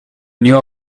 knew